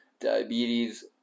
diabetes